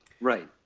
Right